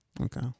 Okay